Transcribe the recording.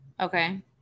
Okay